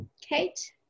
Kate